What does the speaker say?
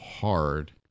hard